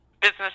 business